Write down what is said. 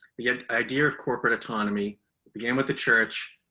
again, idea of corporate autonomy began with the church,